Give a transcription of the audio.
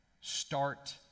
Start